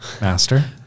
Master